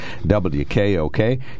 WKOK